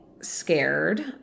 scared